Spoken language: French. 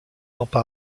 lampes